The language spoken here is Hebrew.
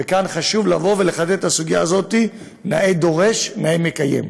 וכאן חשוב לחדד את הסוגיה הזאת: נאה דורש נאה מקיים.